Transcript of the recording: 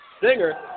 singer